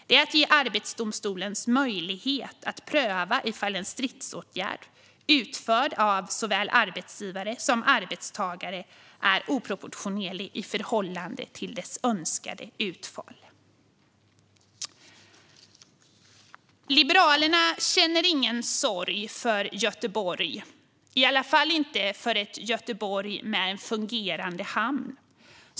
Det är att ge Arbetsdomstolen möjlighet att pröva ifall en stridsåtgärd, utförd av såväl arbetsgivare som arbetstagare, är oproportionerlig i förhållande till det önskade utfallet. Liberalerna känner ingen sorg för Göteborg, i alla fall inte för ett Göteborg som har en fungerande hamn.